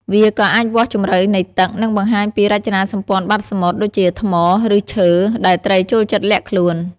វាក៏អាចវាស់ជម្រៅនៃទឹក និងបង្ហាញពីរចនាសម្ព័ន្ធបាតសមុទ្រ ដូចជាថ្ម ឫសឈើ ដែលត្រីចូលចិត្តលាក់ខ្លួន។